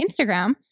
Instagram